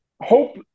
hope